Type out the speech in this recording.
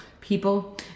people